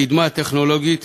הקידמה הטכנולוגית